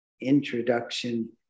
introduction